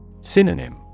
Synonym